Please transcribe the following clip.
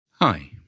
Hi